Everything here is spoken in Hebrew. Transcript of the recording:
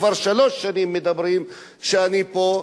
כבר שלוש שנים, שאני פה,